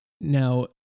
Now